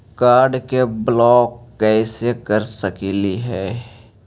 Card के block कैसे कर सकली हे?